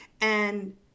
and-